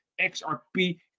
XRP